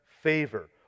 favor